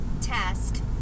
task